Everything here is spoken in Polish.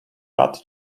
lat